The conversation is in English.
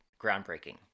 groundbreaking